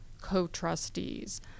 co-trustees